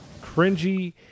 cringy